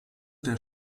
der